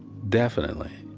definitely.